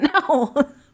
No